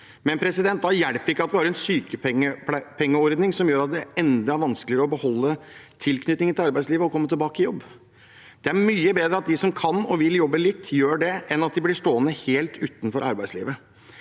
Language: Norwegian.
er forståelig. Da hjelper det ikke at vi har en sykepengeordning som gjør det enda vanskeligere å beholde tilknytningen til arbeidslivet og komme tilbake i jobb. Det er mye bedre at de som kan og vil jobbe litt, gjør det, enn at de blir stående helt utenfor arbeidslivet.